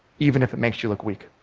even if it makes you look weak?